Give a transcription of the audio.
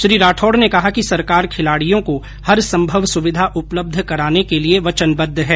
श्री राठौड ने कहा कि सरकार खिलाड़ियों को हरसंभव सुविधा उपलब्ध कराने के लिए वचनबद्ध है